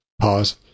pause